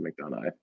McDonough